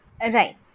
Right